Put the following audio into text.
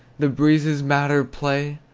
the breezes madder play.